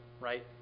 right